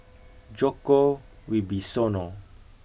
Djoko Wibisono